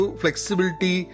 flexibility